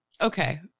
okay